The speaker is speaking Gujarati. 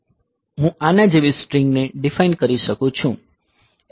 હું આના જેવી સ્ટ્રિંગને ડીફાઇન કરી શકું છું